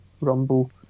Rumble